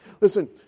Listen